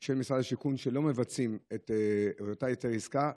של משרד השיכון לא מבצעים את אותו היתר עסקה,